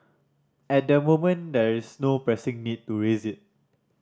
at the moment there's no pressing need to raise it